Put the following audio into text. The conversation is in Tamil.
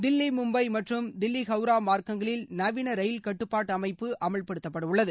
தில்லி மும்பை மற்றும் தில்லி ஹவுரா மார்க்கங்களில் நவீன ரயில் கட்டுப்பாட்டு அமைப்பு அமல்படுத்தப்படும்